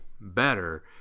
better